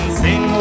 sing